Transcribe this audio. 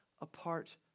apart